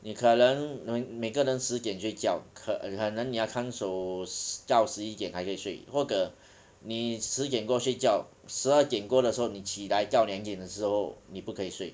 你可能能每个人十点睡觉可能你要看守到十一点才可以睡或者你十点多睡觉十二点多的时候你起来到两点的时候你才可以睡